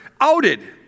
outed